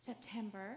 September